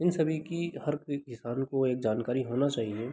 इन सभी की हर कोई किसान को एक जानकारी होना चाहिए